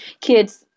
kids